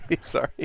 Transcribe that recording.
Sorry